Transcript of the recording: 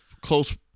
Close